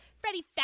Freddie